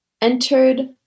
entered